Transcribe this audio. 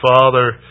Father